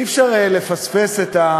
אי-אפשר לפספס את,